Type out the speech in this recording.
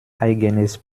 eigenes